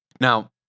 Now